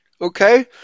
okay